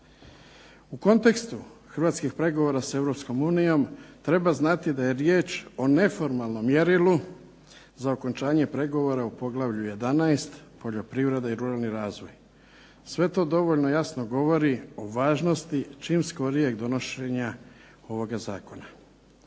U kontekstu hrvatskih pregovora s Europskom unijom treba znati da je riječ o neformalnom mjerilu za okončanje pregovora u poglavlju 11. poljoprivreda i ruralni razvoj. Sve to dovoljno jasno govori o važnosti čim skorijeg donošenja ovoga zakona.